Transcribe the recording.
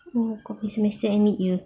oh kau punya semester ends mid year